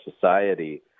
society